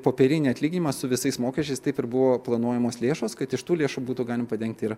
popierinį atlyginimą su visais mokesčiais taip ir buvo planuojamos lėšos kad iš tų lėšų būtų galima padengti ir